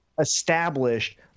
established